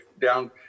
down